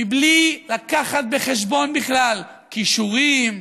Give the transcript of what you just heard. בלי לקחת בחשבון בכלל כישורים,